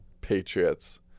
Patriots